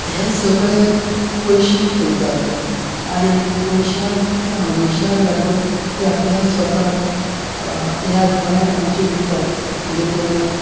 हे सगळे पयश्यांक फुलतात आणी पयश्याच्या आमीशाक लागून ते आपल्या स्वताक ह्या गोंयाक आमच्या विकतात देखून